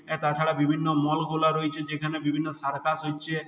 তাছাড়া বিভিন্ন মলগুলা রয়েছে যেখানে বিভিন্ন সার্কাস হচ্চে